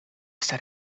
esta